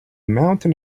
mountain